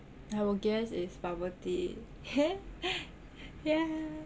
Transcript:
I will guess it's bubble tea yah